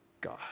God